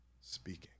speaking